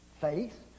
Faith